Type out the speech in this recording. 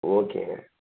ஓகேங்க